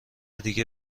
دیگه